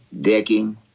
Decking